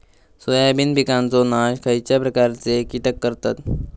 Soybean पिकांचो नाश खयच्या प्रकारचे कीटक करतत?